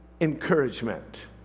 encouragement